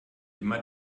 immer